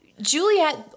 Juliet